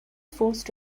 forced